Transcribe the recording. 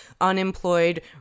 unemployed